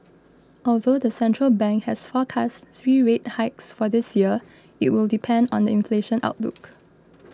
although the central bank has forecast three rate hikes for this year it will depend on the inflation outlook